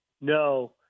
No